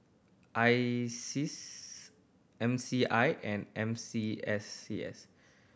ISEAS M C I and N C S C S